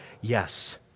Yes